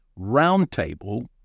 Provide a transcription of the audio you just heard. roundtable